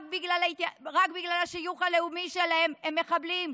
רק בגלל השיוך הלאומי שלהם הם מחבלים,